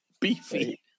Beefy